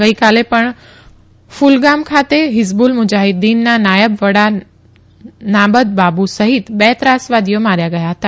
ગઇકાલે પણ ફલગામ ખાતે હીઝબુલ મુજાફીદ્દીનના નાથબ વડા નાબદ બાબુ સહિત બે ત્રાસવાદીઓ માર્યા ગયા હતા